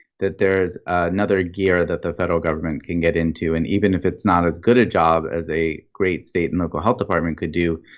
that there is another gear that the federal government can get into. and even if it's not as good a job as a great state and local health department could do,